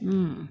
mm